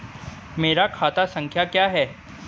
मेरा खाता संख्या क्या है?